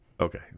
Okay